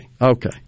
Okay